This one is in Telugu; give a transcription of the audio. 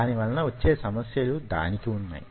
దాని వలన వచ్చే సమస్యలు దానికి వున్నాయి